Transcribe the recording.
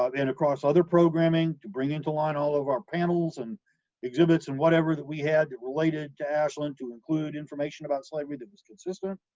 and across other programming, to bring into line all of our panels and exhibits and whatever that we had that related to ashland to include information about slavery that was consistent,